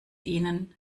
ihnen